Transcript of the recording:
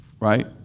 Right